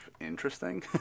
interesting